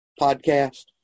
podcast